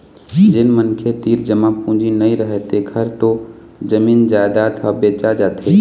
जेन मनखे तीर जमा पूंजी नइ रहय तेखर तो जमीन जयजाद ह बेचा जाथे